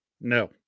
No